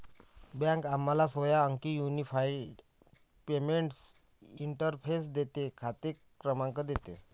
bank आम्हाला सोळा अंकी युनिफाइड पेमेंट्स इंटरफेस देते, खाते क्रमांक देतो